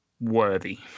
worthy